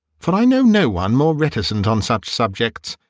for i know no one more reticent on such subjects.